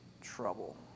trouble